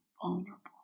vulnerable